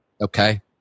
Okay